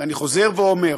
אני חוזר ואומר: